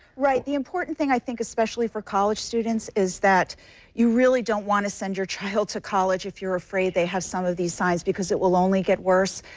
right, the important thing i think especially for college students is that you really don't want to send your child to college if you're afraid they have some of these signs because it will only get worse.